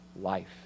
life